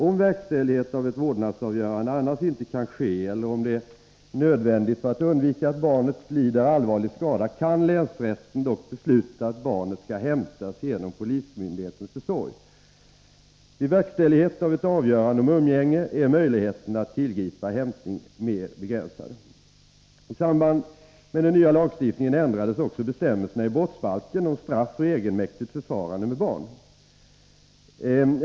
Om verkställighet av ett vårdnadsavgörande annars inte kan ske eller om det är nödvändigt för att undvika att barnet lider allvarlig skada, kan länsrätten dock besluta att barnet skall hämtas genom polismyndighetens försorg. Vid verkställighet av ett avgörande om umgänge är möjligheterna att tillgripa hämtning mer begränsade. I samband med den nya lagstiftningen ändrades också bestämmelserna i brottsbalken om straff för egenmäktigt förfarande med barn.